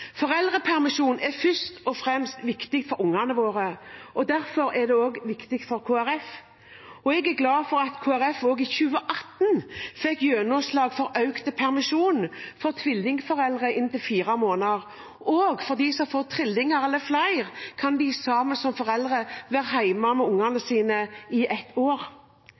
er først og fremst viktig for barna våre, og derfor er det også viktig for Kristelig Folkeparti. Jeg er også glad for at Kristelig Folkeparti i 2018 fikk gjennomslag for inntil fire måneder økt permisjon for tvillingforeldre, og for at de som får trillinger eller flere, som foreldre kan være hjemme sammen med barna sine i ett år.